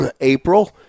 April